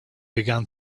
began